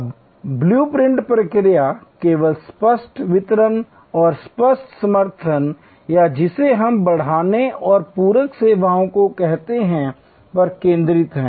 अब blueprint प्रक्रिया केवल स्पष्ट वितरण और स्पष्ट समर्थन या जिसे हम बढ़ाने और पूरक सेवाओं को कहते हैं पर केंद्रित है